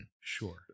Sure